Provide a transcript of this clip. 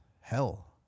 Hell